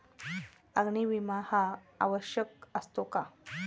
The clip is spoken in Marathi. अग्नी विमा हा आवश्यक असतो का?